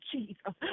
Jesus